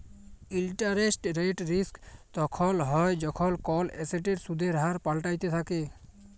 interest rate risk তখল হ্যয় যখল কল এসেটের সুদের হার পাল্টাইতে থ্যাকে